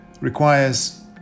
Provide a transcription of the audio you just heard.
requires